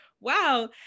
wow